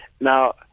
Now